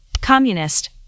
communist